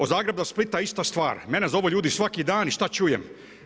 Od Zagreba do Splita, ista stvar, mene zovu ljudi svaki dan i što čujem.